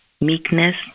meekness